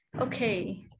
Okay